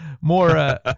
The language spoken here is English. More